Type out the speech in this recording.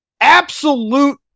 Absolute